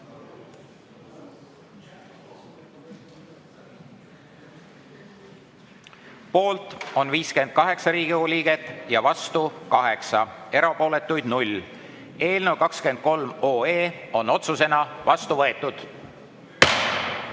Poolt on 58 Riigikogu liiget ja vastu 8, erapooletuid 0. Eelnõu 23 on otsusena vastu võetud.